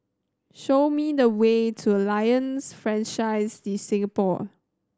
show me the way to Alliance Francaise De Singapour